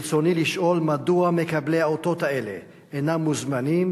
ברצוני לשאול: מדוע מקבלי האותות אינם מוזמנים